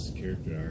character